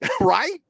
right